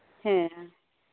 ᱦᱮᱸ